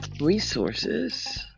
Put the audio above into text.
resources